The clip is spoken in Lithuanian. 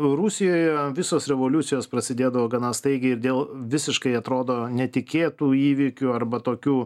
rusijoje visos revoliucijos prasidėdavo gana staigiai ir dėl visiškai atrodo netikėtų įvykių arba tokių